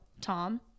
Tom